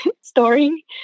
story